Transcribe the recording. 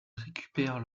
récupèrent